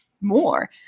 more